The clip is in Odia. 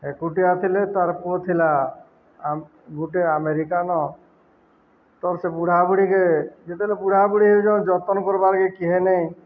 ଏକୁଟିଆ ଥିଲେ ତାର ପୁଅ ଥିଲା ଗୋଟେ ଆମେରିକାନ ତର ସେ ବୁଢ଼ା ବୁଢ଼ୀକେ ଯେତେବେଲେ ବୁଢ଼ା ବୁଢ଼ୀ ହେଇଯ ଯତ୍ନ କର୍ବାର୍କେ କିହଁନହିଁ